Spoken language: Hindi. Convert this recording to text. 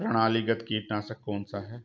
प्रणालीगत कीटनाशक कौन सा है?